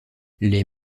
les